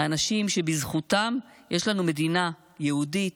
האנשים שבזכותם יש לנו מדינה יהודית,